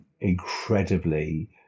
incredibly